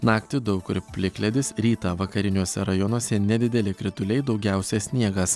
naktį daug kur plikledis rytą vakariniuose rajonuose nedideli krituliai daugiausia sniegas